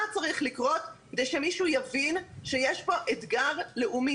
מה צריך לקרות כדי שמישהו יבין שיש כאן אתגר לאומי.